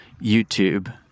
YouTube